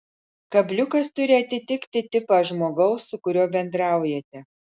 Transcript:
kabliukas turi atitikti tipą žmogaus su kuriuo bendraujate